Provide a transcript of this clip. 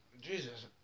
Jesus